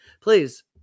Please